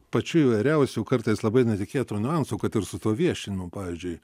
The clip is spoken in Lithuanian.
pačių įvairiausių kartais labai netikėtų niuansų kad ir su tuo viešinimu pavyzdžiui